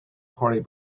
corey